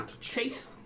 Chase